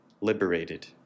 liberated